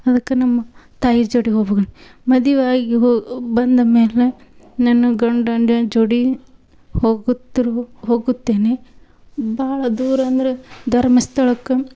ಅದಕ್ಕೆ ನಮ್ಮ ತಾಯಿ ಜೋಡಿ ಹೋಬಕನ್ ಮದಿವ್ಯಾಗಿ ಹೋ ಬಂದ ಮೇಲೆ ನನ್ನ ಗಂಡಂದ ಜೋಡಿ ಹೋಗುತ್ತಿರ್ವು ಹೋಗುತ್ತೇನೆ ಭಾಳ ದೂರ ಅಂದ್ರೆ ಧರ್ಮಸ್ಥಳಕ್ಕೆ